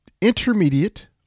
intermediate